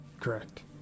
Correct